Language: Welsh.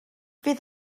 fydd